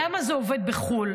למה זה עובד בחו"ל?